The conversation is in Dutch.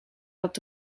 dat